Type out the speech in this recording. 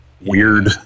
weird